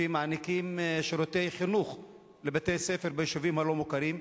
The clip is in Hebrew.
שמעניקים שירותי חינוך לבתי-ספר ביישובים הלא-מוכרים,